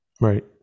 Right